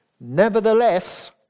Nevertheless